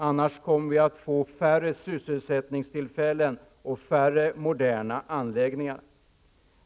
Annars kommer vi att få färre sysselsättningstillfällen och färre moderna anläggningar.